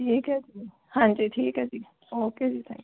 ਠੀਕ ਹੈ ਜੀ ਹਾਂਜੀ ਠੀਕ ਹੈ ਜੀ ਓਕੇ ਜੀ ਥੈਂਕ